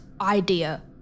idea